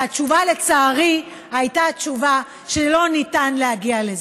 והתשובה לצערי הייתה שלא ניתן להגיע לזה.